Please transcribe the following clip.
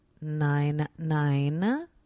Nine-Nine